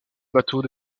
bateaux